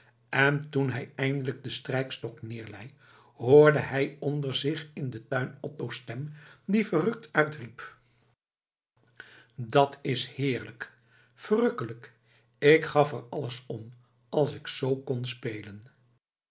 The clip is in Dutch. en toen hij eindelijk den strijkstok neerlei hoorde hij onder zich in den tuin otto's stem die verrukt uitriep dat is heerlijk verrukkelijk ik gaf er alles om als ik zoo kon spelen